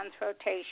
rotation